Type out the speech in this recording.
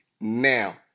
Now